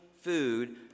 food